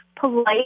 polite